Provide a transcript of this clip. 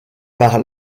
par